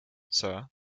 sir